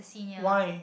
why